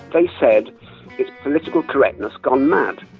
they said it's political correctness gone mad.